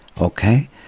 okay